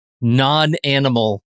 non-animal